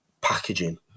packaging